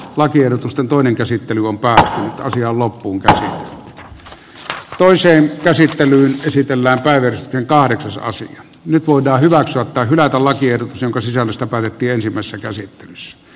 lakiehdotusten toinen käsittely on päästä toisiaan loppuun käsiään jos toiseen käsittelyyn käsitellä päivä kahdeksas osa nyt voidaan hyväksyä tai hylätä lakiehdotus jonka sisällöstä päätettiin ensimmäisessä käsittelyssä